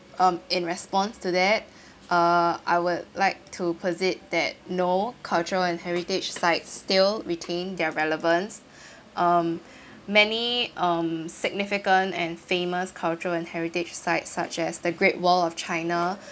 um in response to that uh I will like to posit that no culture and heritage sites still retain their relevance um many um significant and famous culture and heritage sites such as the great wall of china